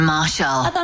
Marshall